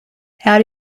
how